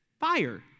Fire